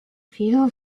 feel